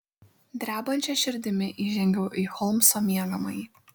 drebančia širdimi įžengiau į holmso miegamąjį